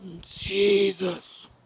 Jesus